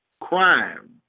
crime